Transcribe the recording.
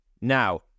now